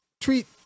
treat